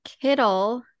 Kittle